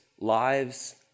lives